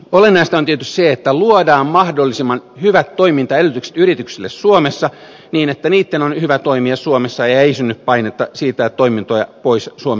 olennaista on tietysti se että luodaan mahdollisimman hyvät toimintaedellytykset yrityksille suomessa niin että niitten on hyvä toimia suomessa ja ei synny painetta siirtää toimintoja pois suomen ulkopuolelle